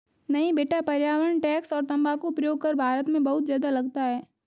नहीं बेटा पर्यावरण टैक्स और तंबाकू प्रयोग कर भारत में बहुत ज्यादा लगता है